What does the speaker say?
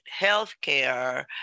healthcare